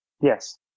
Yes